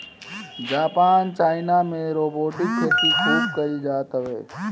Japan China में robotic खेती खूब कईल जात हवे